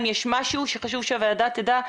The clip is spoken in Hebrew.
האם יש משהו שחשוב שהוועדה תדע?